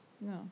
No